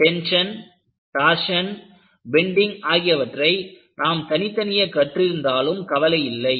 tension torsion bending ஆகியவற்றை நாம் தனித்தனியே கற்றிருந்தாலும் கவலை இல்லை